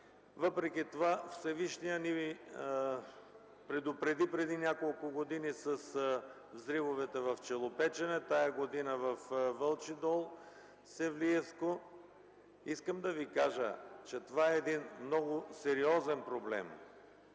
Въпреки това Всевишният ни предупреди преди няколко години с взривовете в Челопечене, тази година във Вълчи дол – Севлиевско. Искам да Ви кажа, че това е един много сериозен проблем,